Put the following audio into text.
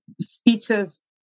speeches